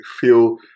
feel